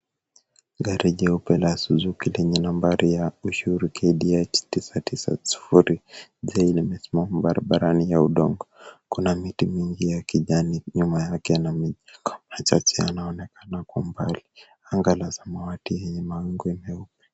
Gari jeupe la Suzuki lenye nambari ya mshuru KDH 990J limesimama barabarani ya udongo. Kuna miti miwili ya kijani nyuma yake na majengo machache yanaonekana kwa umbali. Anga la samawati yenye mawingu nyuma.